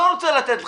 לא רוצה לתת לך,